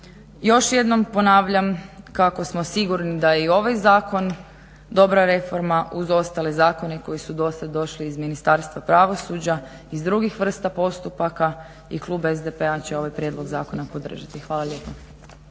Još jednom ponavljam kako smo sigurni da je i ovaj zakon reforma uz ostale zakone koji su dosad došli iz Ministarstva pravosuđa iz drugih vrsta postupaka i klub SDP-a će ovaj prijedlog zakona podržati. Hvala lijepa.